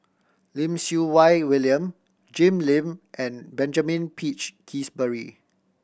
Lim Siew Wai William Jim Lim and Benjamin Peach Keasberry